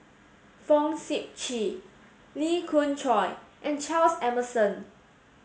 Fong Sip Chee Lee Khoon Choy and Charles Emmerson